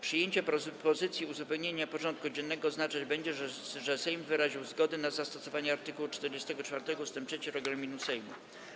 Przyjęcie propozycji uzupełnienia porządku dziennego oznaczać będzie, że Sejm wyraził zgodę na zastosowanie art. 44 ust. 3 regulaminu Sejmu.